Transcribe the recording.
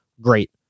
Great